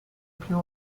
più